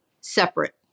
separate